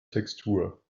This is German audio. textur